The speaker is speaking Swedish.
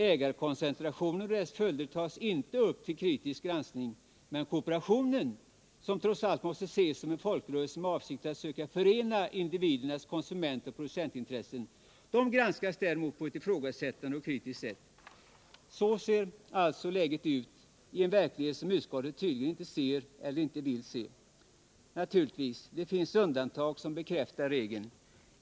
Ägarkoncentrationen och dess följder tas inte upp till kritisk granskning, men kooperationen, som trots allt måste ses som en folkrörelse med avsikt att söka förena individernas konsumentoch producentintressen, granskas däremot på ett ifrågasättande och kritiskt sätt. Så ser alltså läget ut i en verklighet som utskottet tydligen inte ser, eller inte vill se. Naturligtvis finns det undantag som bekräftar regeln.